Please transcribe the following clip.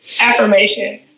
Affirmation